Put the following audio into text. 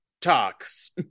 talks